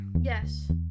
Yes